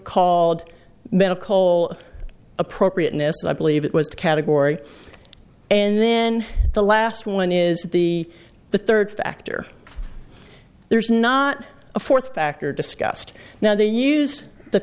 called medical appropriateness i believe it was the category and then the last one is the the third factor there's not a fourth factor discussed now they used the